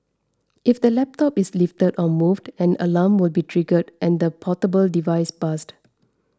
if the laptop is lifted or moved an alarm will be triggered and the portable device buzzed